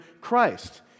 Christ